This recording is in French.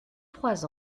trois